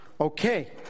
Okay